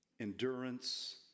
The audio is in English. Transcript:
endurance